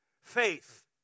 faith